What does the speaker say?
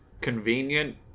convenient